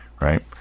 right